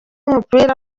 w’umupira